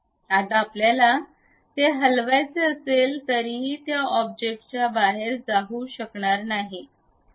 आता आपल्याला ते हलवायचे असले तरीही ते त्या ऑब्जेक्टच्या बाहेर जाऊ शकणार नाहीत